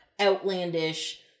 outlandish